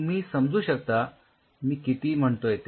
तुम्ही समजू शकता मी किती म्हणतोय ते